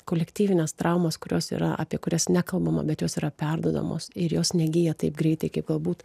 kolektyvines traumas kurios yra apie kurias nekalbama bet jos yra perduodamos ir jos negyja taip greitai kaip galbūt